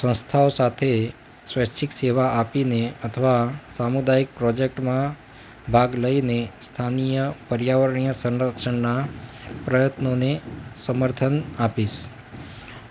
સંસ્થાઓ સાથે સ્વૈચ્છીક સેવા આપીને અથવા સામુદાયિક પ્રોજેક્ટમાં ભાગ લઇને સ્થાનિય પર્યાવરણીય સંરક્ષણના પ્રયત્નોને સમર્થન આપીશ